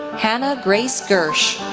hannah grace gersch,